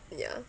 ya